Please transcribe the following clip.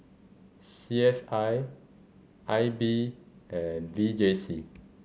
C S I I B and V J C